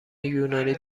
یونانی